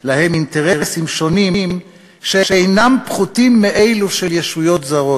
שלהם אינטרסים שונים שאינם פחותים מאלו של ישויות זרות?